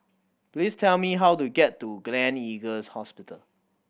please tell me how to get to Gleneagles Hospital